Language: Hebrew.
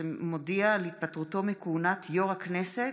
שמודיע על התפטרותו מכהונת יושב-ראש הכנסת.